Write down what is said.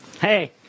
Hey